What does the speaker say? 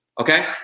okay